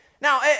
Now